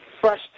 fresh